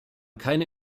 keine